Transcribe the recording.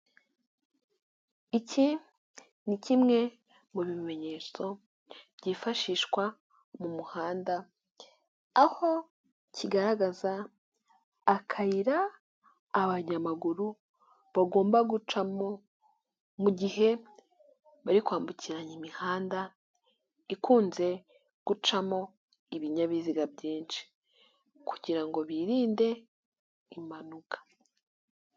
Iki ni kimwe mu bimenyetso byifashishwa mu muhanda, aho kigaragaza akayira abanyamaguru bagomba gucamo mu gihe bari kwambukiranya imihanda ikunze gucamo ibinyabiziga byinshi kugira ngo birinde impanuka.